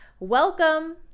Welcome